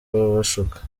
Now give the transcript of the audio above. ababashuka